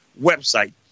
website